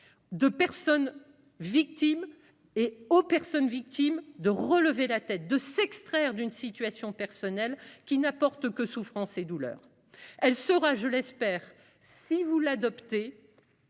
leur dignité et de leur permettre de relever la tête et de s'extraire d'une situation personnelle qui n'apporte que souffrance et douleur. Elle sera, je l'espère, si vous l'adoptez,